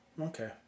Okay